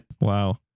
wow